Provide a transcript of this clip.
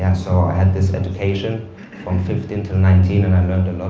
and so i had this education from fifteen to nineteen, and i learned a